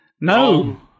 No